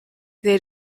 they